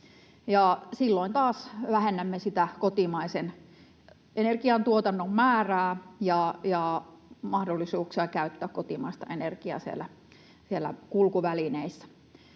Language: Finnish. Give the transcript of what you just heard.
silloin taas vähennämme sitä kotimaisen energiantuotannon määrää ja mahdollisuuksia käyttää kotimaista energiaa siellä kulkuvälineissä.